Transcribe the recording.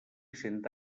cent